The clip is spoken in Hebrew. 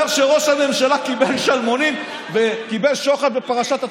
אומר שראש הממשלה קיבל שלמונים וקיבל שוחד בפרשת הצוללות.